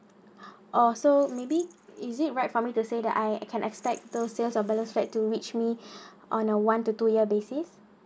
oh so maybe is it right for me to say that I I can estate those sales of balance flat to which me on a one to two year basis